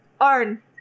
Arn